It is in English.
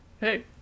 Hey